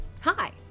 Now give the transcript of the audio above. Hi